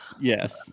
yes